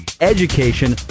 education